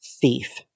thief